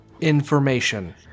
information